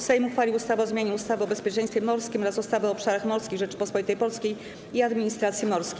Sejm uchwalił ustawę o zmianie ustawy o bezpieczeństwie morskim oraz ustawy o obszarach morskich Rzeczypospolitej Polskiej i administracji morskiej.